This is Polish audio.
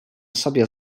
sobie